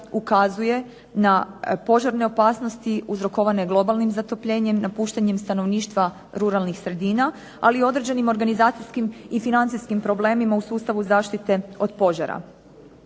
ukazuje na požarne opasnosti uzrokovane globalnim zatopljenjem, napuštanjem stanovništva ruralnih sredina, ali i određenim organizacijskim i financijskim problemima u sustavu zaštite od požara.